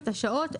את השעות,